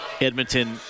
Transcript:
Edmonton